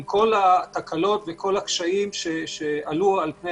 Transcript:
עם כל התקלות וכל הקשיים שצפו.